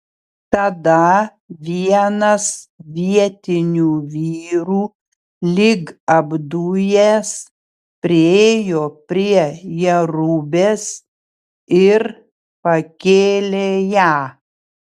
tada vienas vietinių vyrų lyg apdujęs priėjo prie jerubės ir pakėlė ją